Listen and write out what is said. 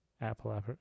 Apple